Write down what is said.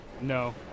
No